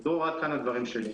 דרור עד כאן הדברים שלי.